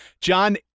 John